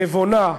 נבונה,